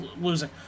losing